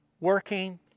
working